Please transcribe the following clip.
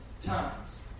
times